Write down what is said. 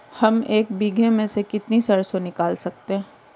हम एक बीघे में से कितनी सरसों निकाल सकते हैं?